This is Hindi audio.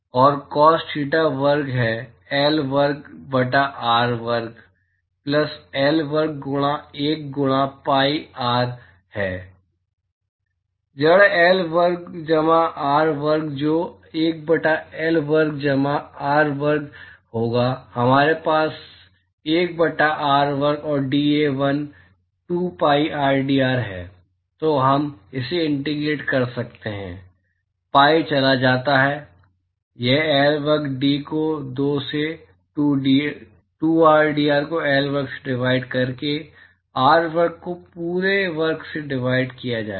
और cos थीटा वर्ग है L वर्ग बटा r वर्ग प्लस L वर्ग गुणा 1 गुणा pi r है जड़ L वर्ग जमा r वर्ग जो 1 बटा L वर्ग जमा r वर्ग होगा हमारे पास 1 बटा r वर्ग और dA1 2 pi rdr है तो हम इसे इंटीग्रेट कर सकते हैं pi चला जाता है यह L वर्ग D को 2 से 2rdr को L वर्ग से डिवाइड करके r वर्ग को पूरे वर्ग से डिवाइड किया जाएगा